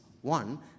One